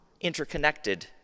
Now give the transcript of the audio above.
interconnected